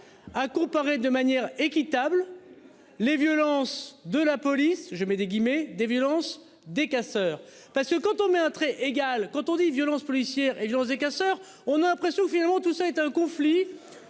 À comparer de manière équitable. Les violences de la police, je mets des guillemets des violences des casseurs. Parce que quand on met un trait égal quand on dit violence policière et José casseurs, on a l'impression finalement, tout ça est un conflit.